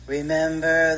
Remember